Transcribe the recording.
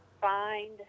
find